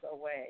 away